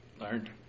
learned